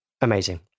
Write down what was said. Amazing